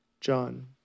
John